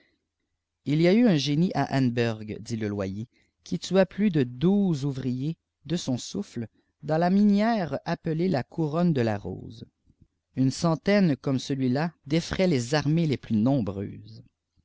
il y a eu un génie à anneberg dit le loyer qui tua plus de douze ouvriers de son souffle dans la minière appelée la couronnede larrose une centaine comme celui-là déferait les armées les plus nombreuses